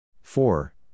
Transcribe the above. Four